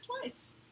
twice